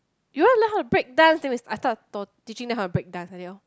you want learn how to break dances then we I start to to teaching her the break dance like that loh